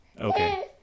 Okay